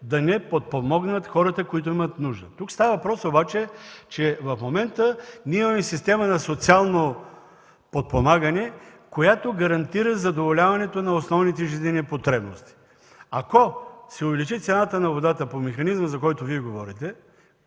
да не подпомогнат хората, които имат нужда. Тук става въпрос, че в момента имаме система за социално подпомагане, която гарантира задоволяването на основните жизнени потребности. Ако се увеличи цената на водата по механизма, за който Вие говорите,